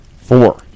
Four